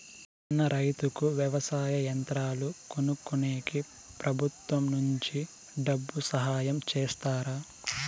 చిన్న రైతుకు వ్యవసాయ యంత్రాలు కొనుక్కునేకి ప్రభుత్వం నుంచి డబ్బు సహాయం చేస్తారా?